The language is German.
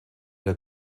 der